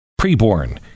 Preborn